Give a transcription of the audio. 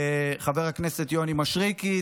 לחבר הכנסת יוני מישרקי,